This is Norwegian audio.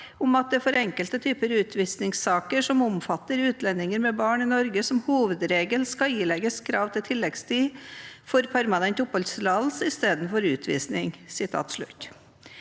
om at det for enkelte typer utvisningssaker som omfatter utlendinger med barn i Norge som hovedregel skal ilegges krav til tilleggstid for permanent oppholdstillatelse, istedenfor utvisning.»